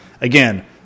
Again